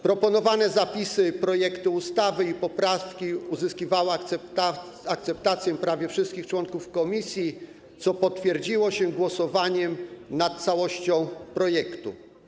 Proponowane zapisy projektu ustawy i poprawki uzyskiwały akceptację prawie wszystkich członków komisji, co potwierdziło się w głosowaniu nad całością projektu.